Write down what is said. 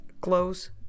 close